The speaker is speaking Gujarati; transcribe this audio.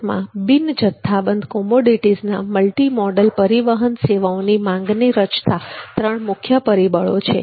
ભારતમાં બિનજથ્થાબંધ કોમોડિટીઝના મલ્ટીમોડલ પરિવહન સેવાઓની માંગને રચતા ત્રણ મુખ્ય પરિબળો છે